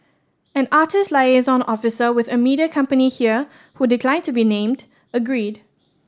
an artist liaison officer with a media company here who declined to be named agreed